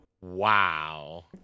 Wow